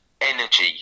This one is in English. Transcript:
energy